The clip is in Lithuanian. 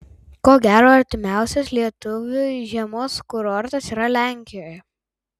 ko gero artimiausias lietuviui žiemos kurortas yra lenkijoje